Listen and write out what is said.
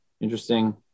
Interesting